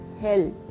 hell